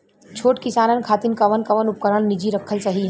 छोट किसानन खातिन कवन कवन उपकरण निजी रखल सही ह?